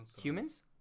Humans